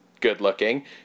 good-looking